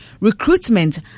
Recruitment